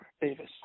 Davis